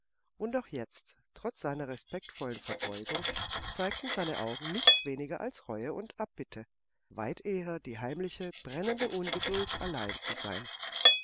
und auch jetzt trotz seiner respektvollen verbeugung zeigten seine augen nichts weniger als reue und abbitte weit eher die heimliche brennende ungeduld allein zu sein